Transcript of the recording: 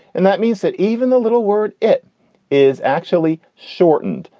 and that means that even the little word, it is actually shortened.